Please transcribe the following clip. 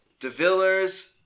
DeVillers